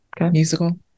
musical